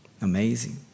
Amazing